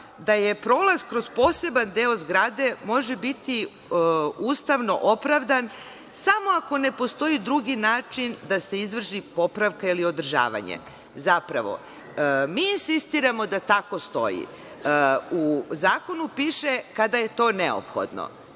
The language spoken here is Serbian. da prolaz kroz poseban deo zgrade, može biti ustavno opravdan samo ako ne postoji drugi način da se izvrši popravka ili održavanje. Zapravo, mi insistiramo da tako stoji. U Zakonu piše, kada je to neophodno.